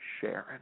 Sharon